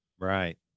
Right